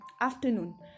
afternoon